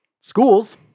Schools